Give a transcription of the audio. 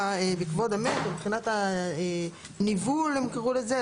בכבוד המת או מבחינת הניבול הם קראו לזה.